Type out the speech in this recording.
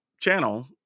channel